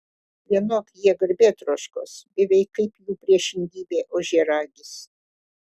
vienok jie garbėtroškos beveik kaip jų priešingybė ožiaragis